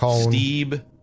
Steve